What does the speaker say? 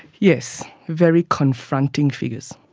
yes, very confronting figures.